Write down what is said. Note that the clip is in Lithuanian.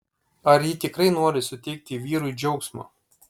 ar ji tikrai nori suteikti vyrui džiaugsmo